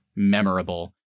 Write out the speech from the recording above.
memorable